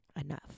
Enough